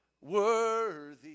worthy